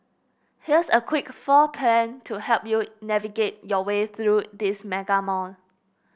here's a quick floor plan to help you navigate your way through this mega mall